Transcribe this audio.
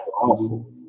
awful